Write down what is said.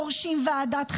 דורשים ועדת חקירה,